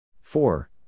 four